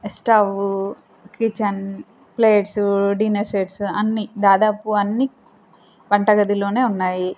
stove kitchen plates dinner sets అన్నీ దాదాపు అన్నీ వంట గదిలోనే ఉన్నాయి